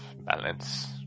balance